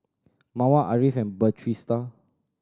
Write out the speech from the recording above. Mawar Ariff and Batrisya